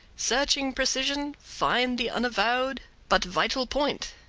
searching precision find the unavowed but vital point.